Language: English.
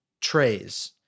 trays